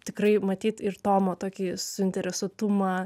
tikrai matyt ir tomo tokį suinteresuotumą